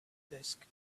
desk